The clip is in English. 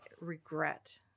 regret